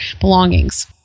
belongings